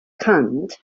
kent